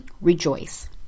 rejoice